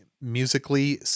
musically